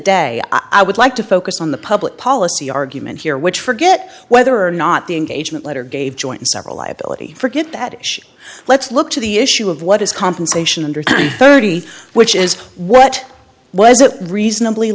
day i would like to focus on the public policy argument here which forget whether or not the engagement letter gave joints are a liability forget that let's look to the issue of what is compensation under thirty which is what was it reasonably